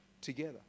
together